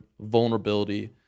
vulnerability